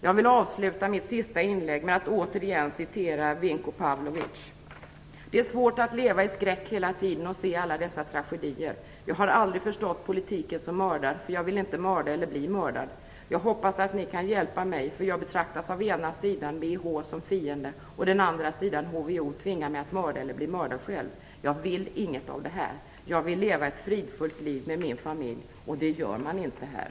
Jag vill avsluta mitt sista inlägg med att återigen citera Vinko Pavlovic: "Det är svårt att leva i skräck hela tiden och se alla dessa tragedier - jag har aldrig förstått politiken som mördar för jag vill inte mörda eller bli mördad. Jag hoppas att ni kan hjälpa mig för jag betraktas av ena sidan som fiende och den andra sidan tvingar mig att mörda eller bli mördad själv, jag vill inget av det här. Jag vill leva ett fridfullt liv med min familj och det gör man inte här."